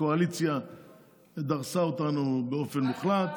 הקואליציה דרסה אותנו באופן מוחלט.